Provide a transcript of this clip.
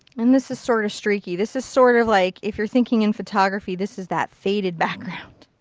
and this is sort of streaky. this is sort of like, if you're thinking in photography, this is that faded background.